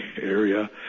area